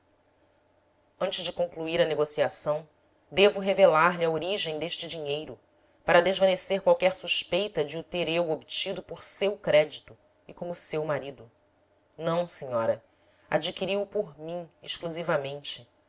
antes de concluir a negociação devo revelar-lhe a origem deste dinheiro para desvanecer qualquer suspeita de o ter eu obtido por seu crédito e como seu marido não senhora adquiri o por mim exclusivamente